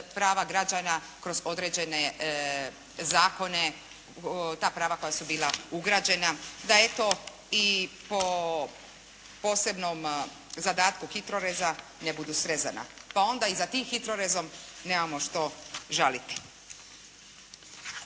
prava građana kroz određene zakone, ta prava koja su bila ugrađena da eto i po posebnom zadatku HITRORez-a ne budu srezana. Pa onda i za tim HITRORez-om nemamo što žaliti.